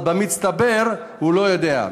אבל במצטבר הוא לא יודע.